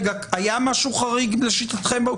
היה משהו חריג לשיטתם?